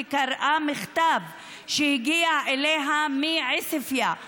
וקראה מכתב שהגיע אליה מעוספיא.